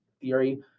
theory